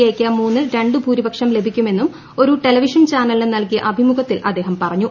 A ക്ക് മൂന്നിൽ രണ്ട് ഭൂരിപക്ഷം ലഭിക്കുമെന്നും ഒരു ടെലിവിഷൻ ചാനലിന് നൽകിയ അഭിമുഖത്തിൽ അദ്ദേഹം പറഞ്ഞു